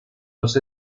los